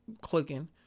clicking